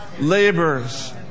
labors